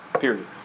period